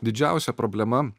didžiausia problema